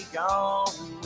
gone